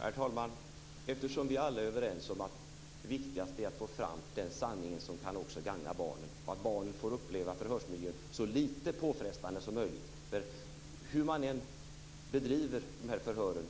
Herr talman! Vi är alla överens om att det viktigaste är att få fram den sanning som kan gagna också barnen och att barnens upplevelse av förhörsmiljön blir så lite påfrestande som möjligt. Hur man än bedriver och delar upp de här förhören